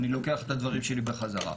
אני לוקח את דברים שלי בחזרה.